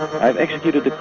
i've executed the coup.